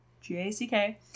g-a-c-k